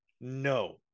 No